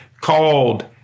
called